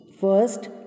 First